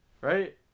right